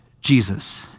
Jesus